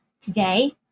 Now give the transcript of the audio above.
Today